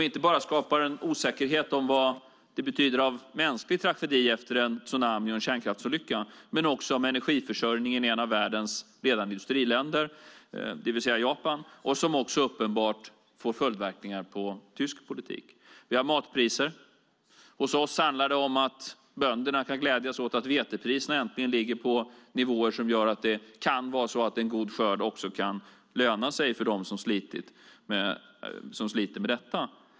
Det skapar en osäkerhet inte bara om vad det betyder av mänsklig tragedi efter en tsunami och en kärnkraftsolycka utan också om energiförsörjningen i ett av världens ledande industriländer, det vill säga Japan, som också uppenbart får följdverkningar på tysk politik. Vi har matpriser. Hos oss handlar det om att bönderna kan glädja sig åt att vetepriserna äntligen ligger på nivåer som gör att en god skörd kan löna sig för dem som sliter med detta.